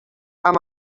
amb